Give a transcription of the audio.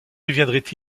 deviendrait